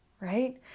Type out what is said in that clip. right